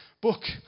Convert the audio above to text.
book